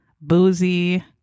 boozy